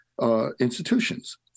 institutions